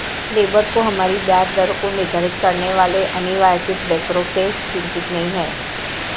labour को हमारी ब्याज दरों को निर्धारित करने वाले अनिर्वाचित बैंकरों से चिंतित नहीं है